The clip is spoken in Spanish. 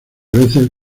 veces